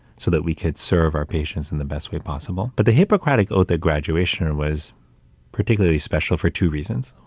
so that we could serve our patients in the best way possible. but the hippocratic oath at graduation and was particularly special for two reasons.